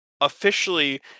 officially